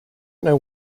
know